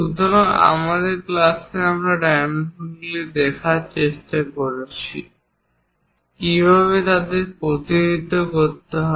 সুতরাং আজকের ক্লাসে আমরা ডাইমেনশনগুলি দেখার চেষ্টা করেছি কীভাবে তাদের প্রতিনিধিত্ব করতে হয়